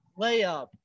layup